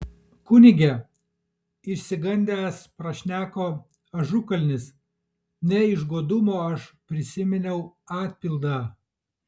kunige išsigandęs prašneko ažukalnis ne iš godumo aš prisiminiau atpildą